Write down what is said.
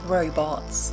Robots